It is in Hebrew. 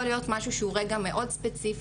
להיות משהו שנובע מרגע שהוא מאוד ספציפי,